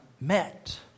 met